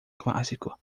clássico